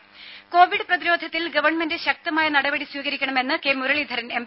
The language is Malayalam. ദേദ കോവിഡ് പ്രതിരോധത്തിൽ ഗവൺമെന്റ്ശക്തമായ നടപടി സ്വീകരിക്കണമെന്ന് കെ മുരളീധരൻ എം